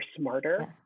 smarter